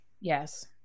Yes